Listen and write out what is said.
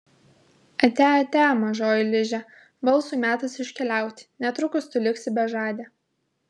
atia atia mažoji liže balsui metas iškeliauti netrukus tu liksi bežadė